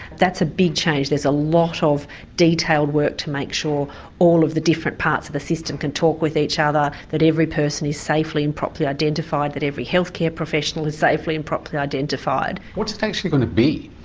that's a big change, there's a lot of detailed work to make sure all of the different parts of the system can talk with each other, that every person is safely and properly identified and that every health care professional is safely and properly identified. what's it actually going to be?